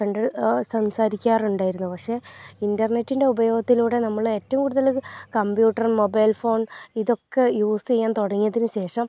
കണ്ടു സംസാരിക്കാറുണ്ടായിരുന്നു പക്ഷെ ഇൻ്റർനെറ്റിൻ്റെ ഉപയോഗത്തിലൂടെ നമ്മൾ ഏറ്റവും കൂടുതൽ അത് കമ്പ്യൂട്ടർ മൊബൈൽ ഫോൺ ഇതൊക്ക യൂസ് ചെയ്യുക തുടങ്ങിയതിന് ശേഷം